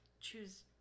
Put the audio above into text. choose